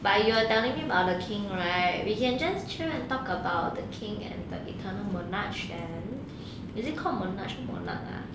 but you are telling me about the king right we can just chill and talk about the king and the eternal monarch and is it called monarch monarch ah